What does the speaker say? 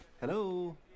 Hello